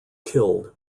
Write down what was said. killed